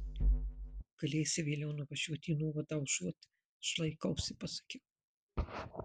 galėsi vėliau nuvažiuoti į nuovadą užuot aš laikausi pasakiau